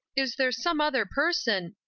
is there some other person.